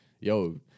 yo